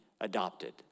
adopted